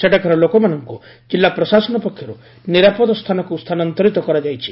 ସେଠାକାର ଲୋକମାନଙ୍କୁ ଜିଲ୍ଲା ପ୍ରଶାସନ ପକ୍ଷରୁ ନିରାପଦ ସ୍ଥାନକୁ ସ୍ତାନାନ୍ତରିତ କରାଯାଇଛି